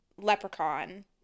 Leprechaun